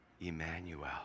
Emmanuel